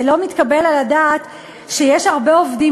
זה לא מתקבל על הדעת שיש היום הרבה עובדים